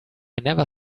never